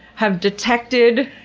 have detected,